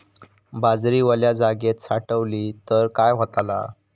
बाजरी वल्या जागेत साठवली तर काय होताला?